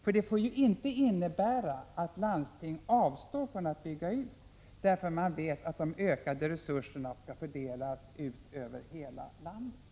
För det får ju inte innebära att landsting avstår från att bygga ut, därför att man vet att de ökade resurserna skall fördelas över hela landet.